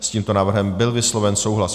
S tímto návrhem byl vysloven souhlas.